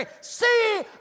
See